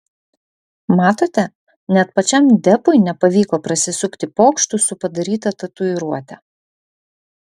matote net pačiam depui nepavyko prasisukti pokštu su padaryta tatuiruote